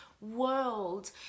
world